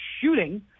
shooting